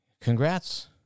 congrats